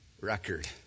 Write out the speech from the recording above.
record